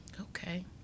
Okay